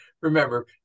remember